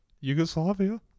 Yugoslavia